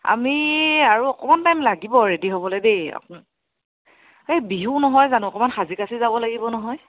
আমি আৰু অকণমান টাইম লাগিব ৰেডি হ'বলৈ দেই সেই বিহু নহয় জানো অকণমান সাজি কাচি যাব লাগিব নহয়